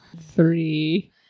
Three